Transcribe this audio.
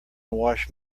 wash